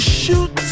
shoot